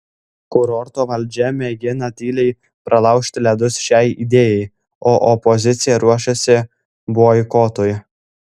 kurorto valdžia mėgina tyliai pralaužti ledus šiai idėjai o opozicija ruošiasi boikotui